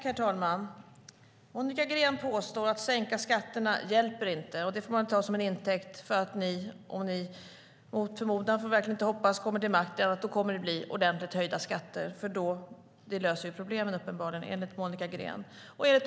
Herr talman! Monica Green påstår att det inte hjälper att sänka skatterna. Det får man ta som intäkt för att det, om Socialdemokraterna mot förmodan kommer till makten - vi får verkligen hoppas att det inte sker - kommer att bli ordentligt höjda skatter eftersom det uppenbarligen, enligt Monica Green, löser problemen.